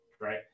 right